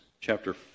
chapter